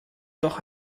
doch